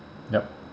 yup